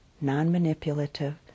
non-manipulative